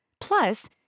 Plus